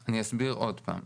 אני אסביר עוד פעם.